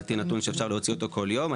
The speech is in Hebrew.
לדעתי זה נתון שאפשר להוציא אותו כל יום.